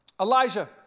elijah